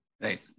right